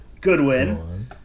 Goodwin